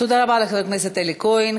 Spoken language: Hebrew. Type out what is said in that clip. תודה רבה לחבר הכנסת אלי כהן.